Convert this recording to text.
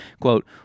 Quote